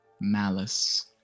malice